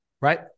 right